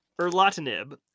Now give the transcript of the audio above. Erlotinib